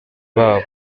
babo